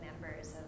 members